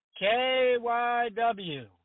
KYW